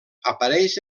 apareix